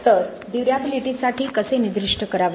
तर ड्युर्याबिलिटीसाठी कसे निर्दिष्ट करावे